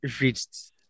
reached